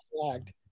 flagged